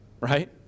right